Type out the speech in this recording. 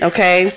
Okay